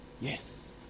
yes